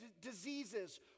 diseases